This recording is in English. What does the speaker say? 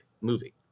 movie